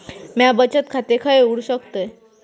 म्या बचत खाते खय उघडू शकतय?